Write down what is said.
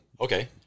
Okay